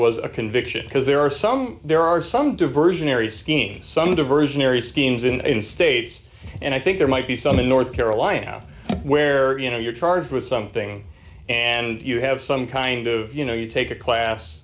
was a conviction because there are some there are some diversionary schemes some diversionary schemes in in states and i think there might be some in north carolina where you know you're charged with something and you have some kind of you know you take a class